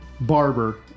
Barber